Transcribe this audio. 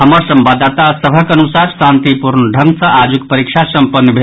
हमर संवाददाता सभक अनुसार शांतिपूर्ण ढंग सॅ आजुक परीक्षा सम्पन्न भेल